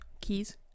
keys